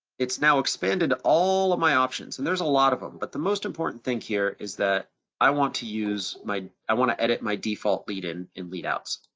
it's now expanded all of my options, and there's a lot of them, but the most important thing here is that i want to use my, i wanna edit my default lead in and lead outs.